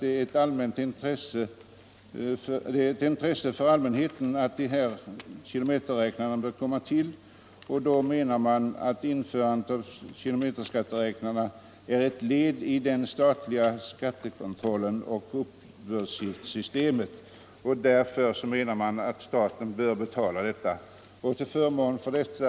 Det är ett intresse för allmänheten att kilometerskatträknarna införs, och då menar motionärerna att inmonteringen av apparaterna är ett led i den statliga skattekontrollen och uppbördssystemet. Man anser därför att staten bör betala kostnaderna härför.